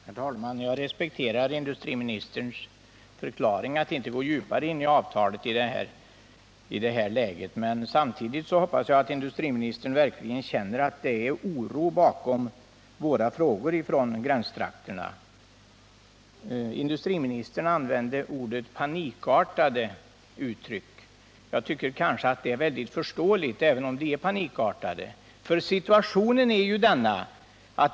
Herr talman! Jag respekterar industriministerns förklaring att han inte vill gå djupare in i avtalet i det här läget, men samtidigt hoppas jag att industriministern verkligen känner att det är oro bakom de frågor som ställts av oss från gränstrakterna. Industriministern talade om panikartade uttryck. Jag tycker att det är förståeligt att man använder sådana uttryck.